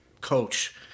coach